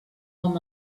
amb